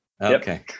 Okay